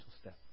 step